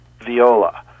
viola